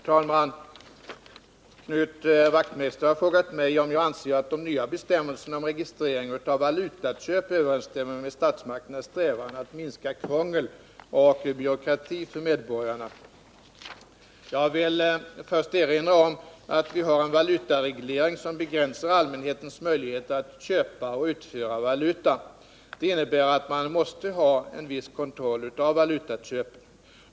Herr talman! Knut Wachtmeister har frågat mig om jag anser att de nya bestämmelserna om registrering av valutaköp överensstämmer med statsmakternas strävan att minska krångel och byråkrati för medborgarna. Jag vill först erinra om att vi har en valutareglering som begränsar allmänhetens möjligheter att köpa och utföra valuta. Det innebär att man måste ha en viss kontroll av valutaköpen.